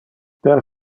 per